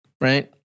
right